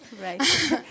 Right